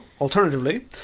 alternatively